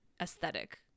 aesthetic